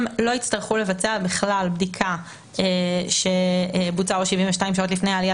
הם לא יצטרכו לבצע בכלל בדיקה שבוצעה 72 שעות לפני העלייה